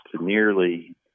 nearly